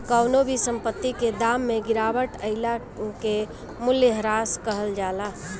कवनो भी संपत्ति के दाम में गिरावट आइला के मूल्यह्रास कहल जाला